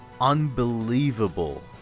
unbelievable